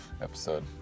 episode